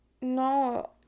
no